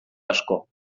asko